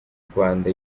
rwanda